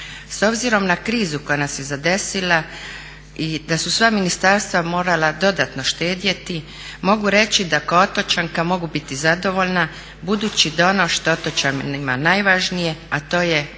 S obzirom na krizu koja nas je zadesila i da su sva ministarstva morala dodatno štedjeti mogu reći da kao otočanka mogu biti zadovoljna budući da ono što je otočanima najvažnije, a to je otočna